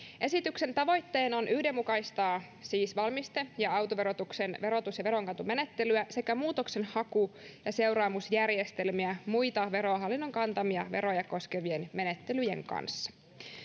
esityksen tavoitteena on siis yhdenmukaistaa valmiste ja autoverotuksen verotus ja veronkantomenettelyjä sekä muutoksenhaku ja seuraamusjärjestelmiä muita verohallinnon kantamia veroja koskevien menettelyjen kanssa